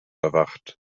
bewacht